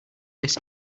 this